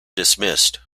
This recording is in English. dismissed